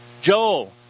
Joel